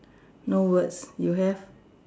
no words you have